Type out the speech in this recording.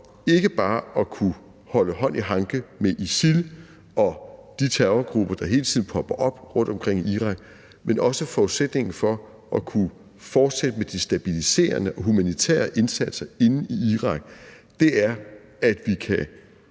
ikke bare at kunne holde hånd i hanke med ISIL og de terrorgrupper, der hele tiden popper op rundtomkring i Irak, men også forudsætningen for at kunne fortsætte med de stabiliserende og humanitære indsatser inde i Irak, er, at vi kan